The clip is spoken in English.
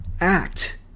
act